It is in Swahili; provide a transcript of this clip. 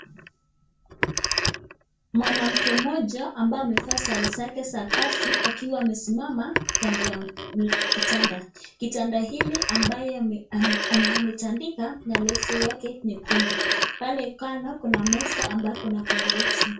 Mwanamke mmoja ambaye amevaa sare zake za kazi akiwa amesimama kando ya kitanda. Kitanda hili ambayo ametandika na leso yake nyekundu. Pale kando kuna meza ambao iko na blanketi.